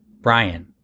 Brian